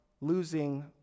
losing